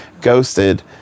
Ghosted